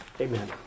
Amen